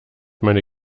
meine